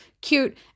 cute